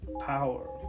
Power